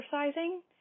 exercising